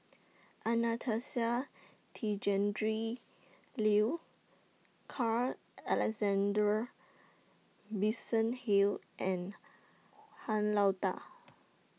Anastasia Tjendri Liew Carl Alexander Hill and Han Lao DA